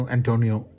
Antonio